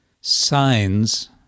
signs